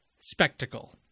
spectacle